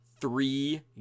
three